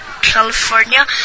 California